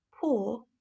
poor